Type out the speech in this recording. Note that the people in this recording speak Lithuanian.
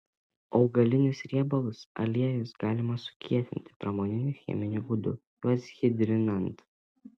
augalinius riebalus aliejus galima sukietinti pramoniniu cheminiu būdu juos hidrinant